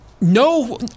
No